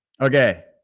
Okay